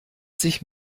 sich